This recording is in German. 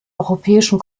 europäischen